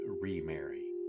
remarry